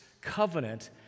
covenant